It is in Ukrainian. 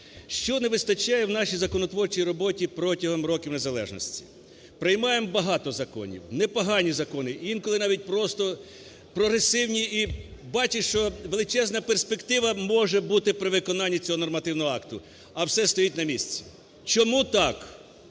Що не вистачає в нашій законотворчій роботі протягом років незалежності? Приймаємо багато законів, непогані закони, інколи навіть просто прогресивні і бачиш, що величезна перспектива може бути при виконанні цього нормативного акту, а все стоїть на місці. Чому так?